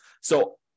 So-